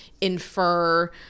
infer